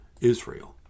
Israel